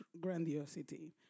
grandiosity